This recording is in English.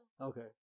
okay